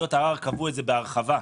ועדות הערר קבעו את זה בהרחבה,